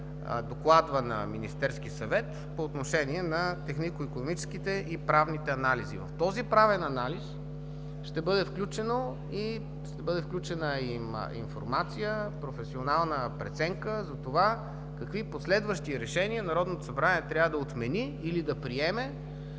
докладва на Министерския съвет технико-икономическия и правен анализ. В правния анализ ще бъде включена и информация, професионална преценка какви последващи решения Народното събрание трябва да отмени или да приеме